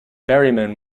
berryman